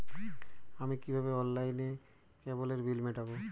আমি কিভাবে অনলাইনে কেবলের বিল মেটাবো?